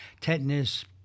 tetanus